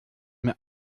mir